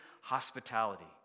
hospitality